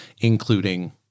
including –